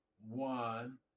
one